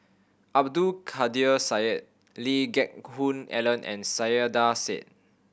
Abdul Kadir Syed Lee Geck Hoon Ellen and Saiedah Said